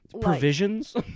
provisions